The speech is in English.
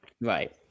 Right